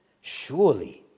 surely